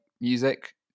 music